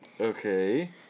Okay